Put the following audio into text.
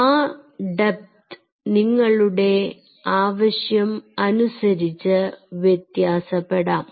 ആ ഡെപ്ത് നിങ്ങളുടെ ആവശ്യം അനുസരിച്ച് വ്യത്യാസപ്പെടാം